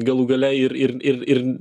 galų gale ir ir ir ir